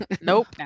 Nope